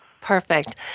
Perfect